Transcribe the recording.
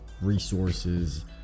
resources